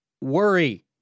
Worry